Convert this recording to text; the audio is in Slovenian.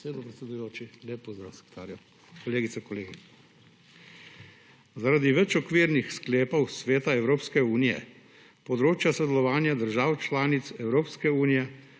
besedo, predsedujoči. Lep pozdrav sekretarju! Kolegice in kolegi! Zaradi več okvirnih sklepov Sveta Evropske unije področje sodelovanja držav članic Evropske unije